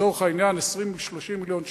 לצורך העניין, 20 30 מיליון שקל.